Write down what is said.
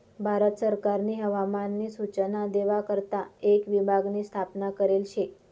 भारत सरकारनी हवामान नी सूचना देवा करता एक विभाग नी स्थापना करेल शे